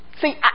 See